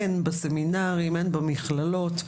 אין בסמינרים ואין במכללות.